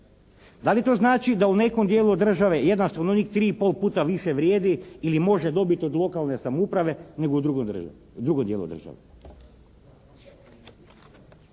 Da li to znači da u nekom dijelu države jedan stanovnik 3 i pol puta više vrijedi ili može dobit od lokalne samouprave nego u drugom dijelu države.